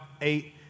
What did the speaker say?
eight